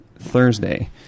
thursday